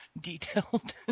detailed